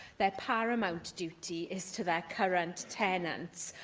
their paramount duty is to their current tenants?